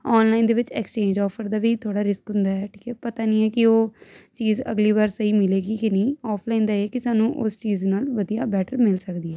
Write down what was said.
online ਦੇ ਵਿੱਚ exchange offer ਦਾ ਵੀ ਥੋੜ੍ਹਾ ਰਿਸਕ ਹੁੰਦਾ ਠੀਕ ਹੈ ਕਿ ਪਤਾ ਨਹੀਂ ਕਿ ਉਹ ਚੀਜ਼ ਅਗਲੀ ਵਾਰ ਸਹੀ ਮਿਲੇਗੀ ਕਿ ਨਹੀਂ ਆਫਲਾਈਨ ਦਾ ਇਹ ਕੀ ਸਾਨੂੰ ਉਸ ਚੀਜ਼ ਨਾਲ ਵਧੀਆ ਬੈਟਰ ਮਿਲ ਸਕਦੀ ਹੈ